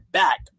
back